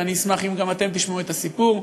ואני אשמח אם גם אתם תשמעו את הסיפור.